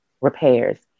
repairs